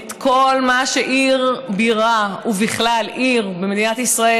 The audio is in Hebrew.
כל מה שעיר בירה ובכלל עיר במדינת ישראל